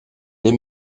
les